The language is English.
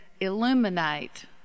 illuminate